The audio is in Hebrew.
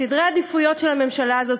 סדרי עדיפויות של הממשלה הזאת,